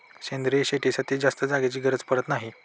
सेंद्रिय शेतीसाठी जास्त जागेची गरज पडत नाही